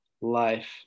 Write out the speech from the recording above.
life